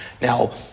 Now